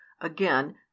Again